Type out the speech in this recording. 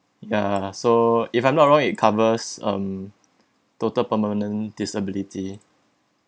ya so if I'm not wrong it covers um total permanent disability